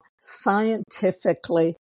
scientifically